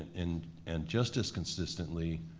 and and just as consistently,